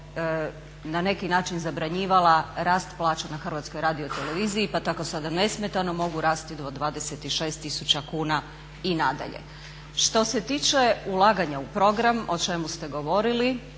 na neki način zabranjivala rast plaća na HRT-u pa tako sada nesmetano mogu rasti do 26000 kuna i nadalje. Što se tiče ulaganja u program o čemu ste govorili,